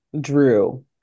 Drew